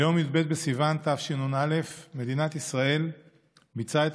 ביום י"ב בסיוון תשנ"א מדינת ישראל ביצעה את